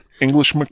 English